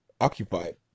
occupied